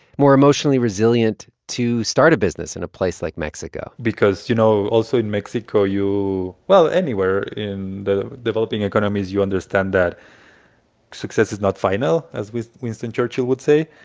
more emotionally resilient to start a business in a place like mexico because you know, also in mexico, you well, anywhere in the developing economies, you understand that success is not final, as winston churchill would say,